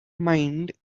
mind